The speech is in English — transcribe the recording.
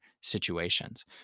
situations